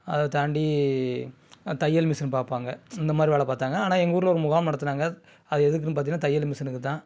அதை தாண்டி தையல் மிசின் பார்ப்பாங்க இந்தமாதிரி வேலை பார்த்தாங்க ஆனால் எங்கள் ஊரில் ஒரு முகாம் நடத்தினாங்க அது எதுக்குன்னு பார்த்தீங்கன்னா தையல் மிசினுக்குதான்